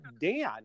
Dan